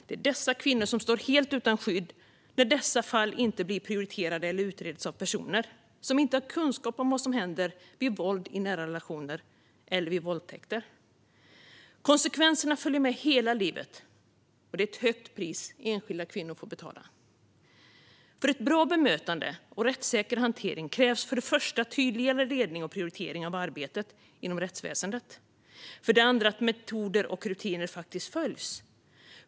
Det är dessa kvinnor som står helt utan skydd när dessa fall inte blir prioriterade eller utreds av personer som inte har kunskap om vad som händer vid våld i nära relationer eller vid våldtäkter. Konsekvenserna följer med hela livet, och det är ett högt pris enskilda kvinnor får betala. För ett bra bemötande och rättssäker hantering krävs för det första tydligare ledning och prioritering av arbetet inom rättsväsendet, för det andra att metoder och rutiner faktiskt följs.